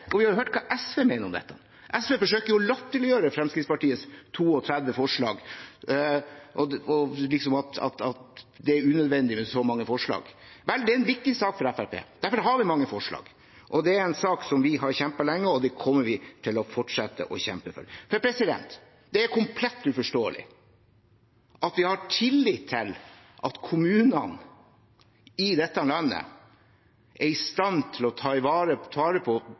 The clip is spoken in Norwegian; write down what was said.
og vi har hørt hva SV mener om dette. SV forsøker å latterliggjøre Fremskrittspartiets 32 forslag, at det er unødvendig med så mange forslag. Vel, det er en viktig sak for Fremskrittspartiet, derfor har vi mange forslag. Det er en sak som vi har kjempet lenge for, og som vi kommer til å fortsette å kjempe for. Det er komplett uforståelig at vi har tillit til at kommunene i dette landet er i stand til å ta vare på våre aller svakeste i samfunnet. De er i stand til å ta vare på